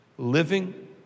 living